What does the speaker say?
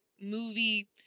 movie